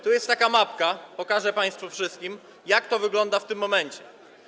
Tu jest taka mapka, pokażę państwu wszystkim, jak to wygląda w tym momencie.